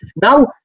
Now